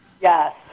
yes